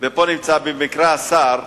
פה נמצא במקרה השר,